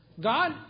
God